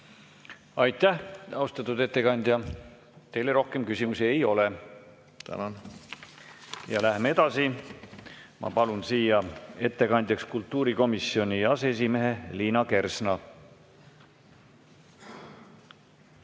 Aitäh, austatud ettekandja! Teile rohkem küsimusi ei ole. Tänan! Tänan! Läheme edasi. Ma palun siia ettekandjaks kultuurikomisjoni aseesimehe Liina Kersna.